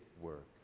work